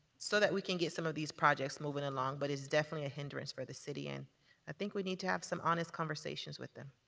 so that we can get some of these projects moving along. but it's definitely a hindrance for the city. and i think we need to have some honest conversations with them.